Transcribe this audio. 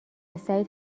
سعید